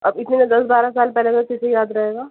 اب اتنے میں دس بارہ سال پہلے کا کسے یاد رہے گا